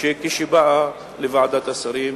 שכשהיא באה לוועדת השרים